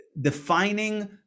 defining